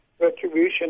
retribution